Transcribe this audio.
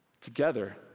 together